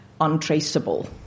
untraceable